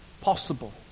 possible